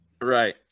Right